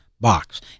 box